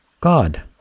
God